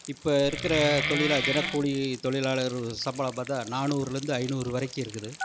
இப்போ இருக்கிற தொழிலாளர் தினக்கூலி தொழிலாளர் சம்பளம் பார்த்தா நானூறுலேருந்து ஐநூறு வரைக்கும் இருக்குது